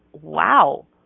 wow